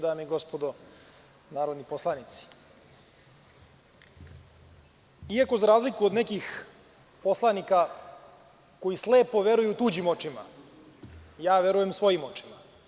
Dame i gospodo narodni poslanici, iako za razliku od nekih poslanika koji slepo veruju tuđim očima ja verujem svojim očima.